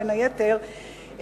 בין היתר,